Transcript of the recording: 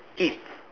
eat